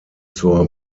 zur